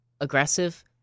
aggressive